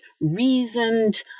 reasoned